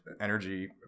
energy